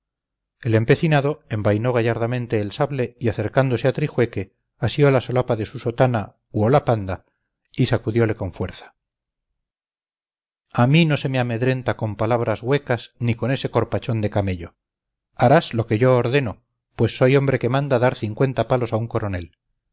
el empecinado envainó gallardamente el sable y acercándose a trijueque asió la solapa de su sotana u hopalanda y sacudiole con fuerza a mí no se me amedrenta con palabras huecas ni con ese corpachón de camello harás lo que yo ordeno pues soy hombre que manda dar cincuenta palos a un coronel